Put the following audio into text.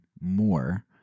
more